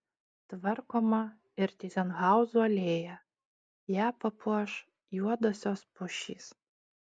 tvarkoma ir tyzenhauzų alėja ją papuoš juodosios pušys